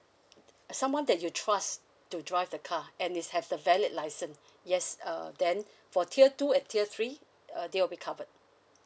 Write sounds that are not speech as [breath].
uh someone that you trust to drive the car and is have the valid licence [breath] yes uh then [breath] for tier two and tier three uh they will be covered